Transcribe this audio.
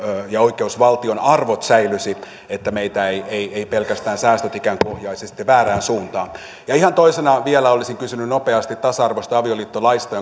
ja oikeusval tion arvot säilyisivät että meitä eivät pelkästään säästöt ikään kuin ohjaisi sitten väärään suuntaan toisena vielä olisin kysynyt nopeasti tasa arvoisesta avioliittolaista